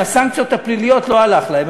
עם הסנקציות הפליליות לא הלך להם,